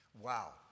Wow